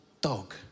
dog